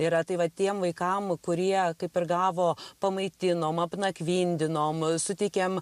yra tai va tiem vaikam kurie kaip ir gavo pamaitinom apnakvindinom suteikėm